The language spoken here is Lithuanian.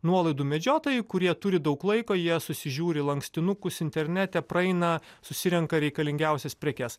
nuolaidų medžiotojai kurie turi daug laiko jie susižiūri lankstinukus internete praeina susirenka reikalingiausias prekes